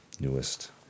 Newest